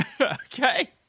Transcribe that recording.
Okay